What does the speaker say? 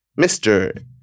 Mr